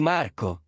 Marco